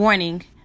Warning